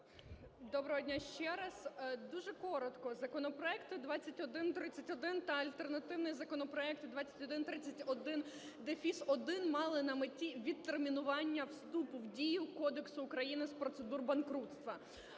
Доброго дня, ще раз! Дуже коротко. Законопроект 2131 та альтернативний законопроект 2131-1 мали на меті відтермінування вступу в дію Кодексу України з процедур банкрутства.